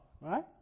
right